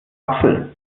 kapsel